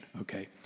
okay